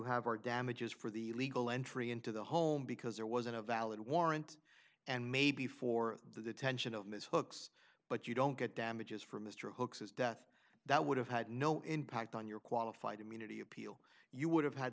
have are damages for the legal entry into the home because there wasn't a valid warrant and maybe for the detention of ms hooks but you don't get damages from mr hookes his death that would have had no impact on your qualified immunity appeal you would have had